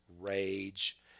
rage